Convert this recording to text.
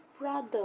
brother